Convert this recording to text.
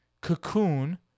Cocoon